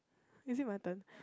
maybe my turn